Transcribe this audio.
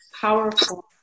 powerful